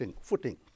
footing